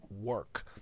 work